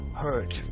hurt